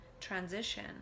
transition